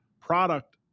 product